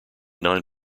nine